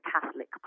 Catholic